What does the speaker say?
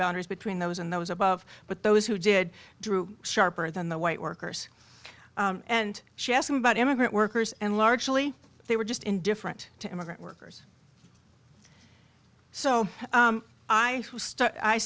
boundaries between those and those above but those who did drew sharper than the white workers and she asked them about immigrant workers and largely they were just indifferent to immigrant workers so